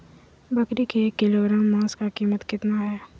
बकरी के एक किलोग्राम मांस का कीमत कितना है?